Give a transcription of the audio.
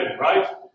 right